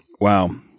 wow